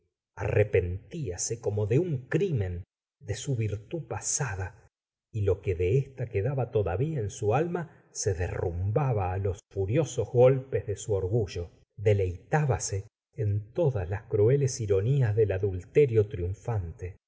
fin arrepentiase como de un crimen de su virtud pasada y lo que de ésta quedaba todavía en su alma se derrumbába á los furiosos golpes de su orgullo deleitábase en todas las crueles ironías del adulterio triunfante